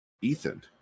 Ethan